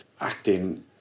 acting